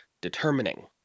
determining